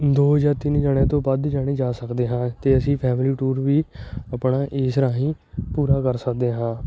ਦੋ ਜਾ ਤਿੰਨ ਜਣਿਆ ਤੋਂ ਵੱਧ ਜਣੇ ਜਾ ਸਕਦੇ ਹਾਂ ਅਤੇ ਅਸੀਂ ਫੈਮਲੀ ਟੂਰ ਵੀ ਆਪਣਾ ਇਸ ਰਾਹੀਂ ਪੂਰਾ ਕਰ ਸਕਦੇ ਹਾਂ